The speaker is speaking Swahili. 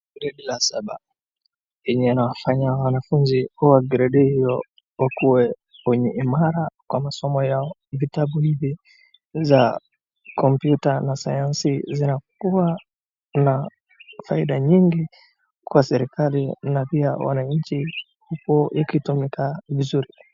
Gredi la saba yenye inafanya wanafunzi wa gredi hiyo wakuwe wenye imara kwenye masomo yao. Vitabu hivi za komyuta na sayansi zinakuwa na faida nyingi kwa serikali na pia wananchi huku ikitumika vizuri.